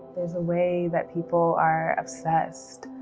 there's a way that people are obsessed,